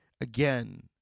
again